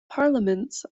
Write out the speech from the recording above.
parliaments